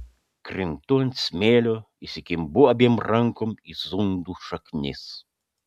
krintu ant smėlio įsikimbu abiem rankom į zundų šaknis